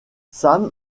sam